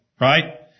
right